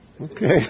Okay